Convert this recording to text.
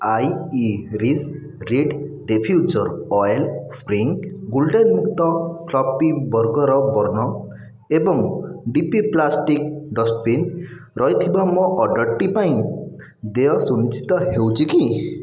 iris reed diffuser oil spring gluten ମୁକ୍ତ fluffy burger bun ଏବଂ D P plastic dustbin ରହିଥିବା ମୋ ଅର୍ଡ଼ର୍ଟି ପାଇଁ ଦେୟ ସୁନିଶ୍ଚିତ ହେଉଛି କି